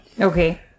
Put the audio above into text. Okay